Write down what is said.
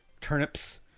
turnips